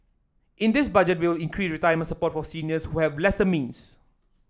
in this Budget we will increase retirement support for seniors who have lesser means